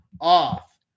off